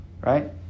right